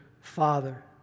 Father